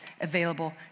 available